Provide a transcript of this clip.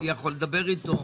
אני יכול לדבר איתו,